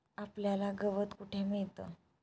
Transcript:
आपल्याला गवत कुठे मिळतं?